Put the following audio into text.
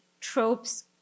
tropes